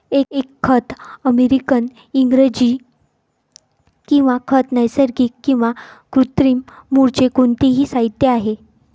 एक खत अमेरिकन इंग्रजी किंवा खत नैसर्गिक किंवा कृत्रिम मूळचे कोणतेही साहित्य आहे